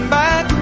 back